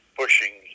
pushing